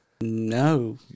No